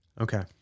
Okay